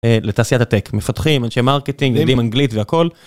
לתעשיית הטק, מפתחים, אנשי מרקטינג, יודעים אנגלית והכול.